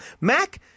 Mac